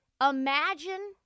Imagine